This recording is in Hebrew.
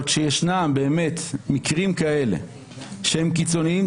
אבל כשיש מקרים כאלה שהם קיצוניים,